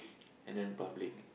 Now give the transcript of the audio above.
and then public